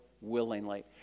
willingly